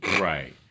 Right